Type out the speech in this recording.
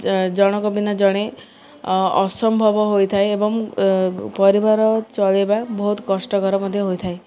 ଜଣକ ବିନା ଜଣେ ଅସମ୍ଭବ ହୋଇଥାଏ ଏବଂ ପରିବାର ଚଳେଇବା ବହୁତ କଷ୍ଟକର ମଧ୍ୟ ହୋଇଥାଏ